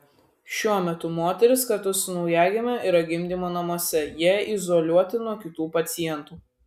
šiuo metu moteris kartu su naujagimiu yra gimdymo namuose jie izoliuoti nuo kitų pacientų